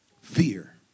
Fear